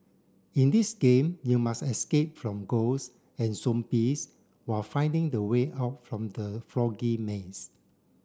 in this game you must escape from ghosts and zombies while finding the way out from the foggy maze